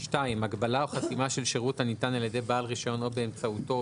(2)הגבלה או חסימה של שירות הניתן על ידי בעל רישיון או באמצעותו,